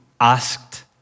asked